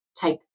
type